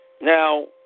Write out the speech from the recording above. Now